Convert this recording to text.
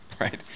Right